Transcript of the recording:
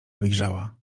wyjrzała